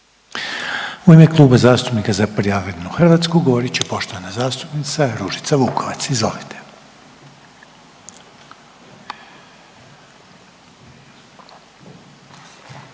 U ime Kluba zastupnika Za pravednu Hrvatsku govorit će poštovana zastupnica Ružica Vukovac. Izvolite.